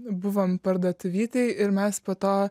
buvom parduotuvytėj ir mes po to